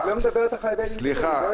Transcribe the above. אני לא מדבר על חייבי בידוד.